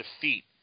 defeat